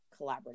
collaborative